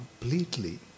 completely